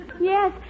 Yes